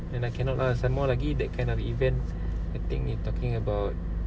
ya lah cannot lah some more lagi that kind of event I think you're talking about